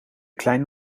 klein